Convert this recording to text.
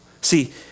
See